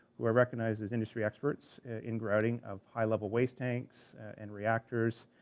who are recognized as industry experts in grouting of high level waste tanks, and reactors,